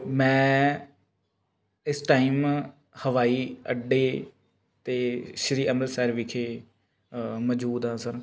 ਮੈਂ ਇਸ ਟਾਈਮ ਹਵਾਈ ਅੱਡੇ 'ਤੇ ਸ਼੍ਰੀ ਅੰਮ੍ਰਿਤਸਰ ਵਿਖੇ ਮੌਜੂਦ ਆ ਸਰ